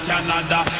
Canada